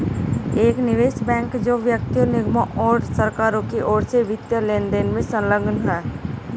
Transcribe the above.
एक निवेश बैंक जो व्यक्तियों निगमों और सरकारों की ओर से वित्तीय लेनदेन में संलग्न है